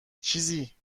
چیزی